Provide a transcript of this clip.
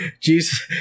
Jesus